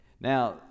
Now